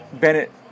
Bennett